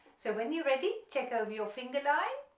so when you're ready check over your finger line,